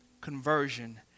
conversion